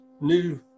new